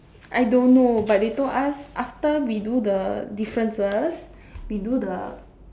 I don't know but they told us after we do the differences we do the